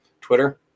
Twitter